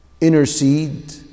intercede